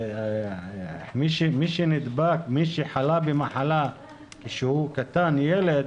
מי שחלה במחלה כשהוא ילד,